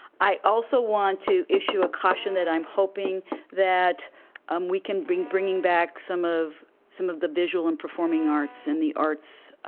i also want to issue caution that i'm hoping that um we can be bringing back some of some of the visual and performing arts and the arts